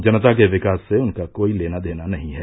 जनता के विकास से उनका कोई लेना देना नही है